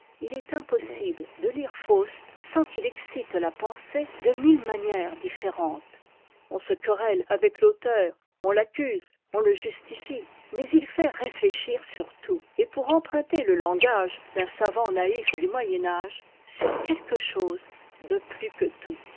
il est impossible de lire faust sans qu'il excite la pensée de mille manières différentes on se queret e avec l'auteur on l'accuse on le justifie mais il fait réfléchir sur tout et pour emprunter le langage d'un savant naïf du moyen âge mr quelque chose de plus que tout